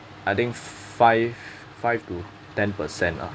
I think five five to ten percent ah